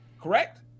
correct